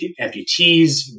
amputees